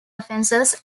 offences